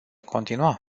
continua